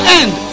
end